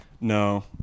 No